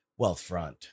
Wealthfront